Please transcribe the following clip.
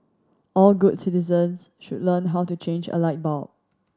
all good citizens should learn how to change a light bulb